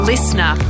Listener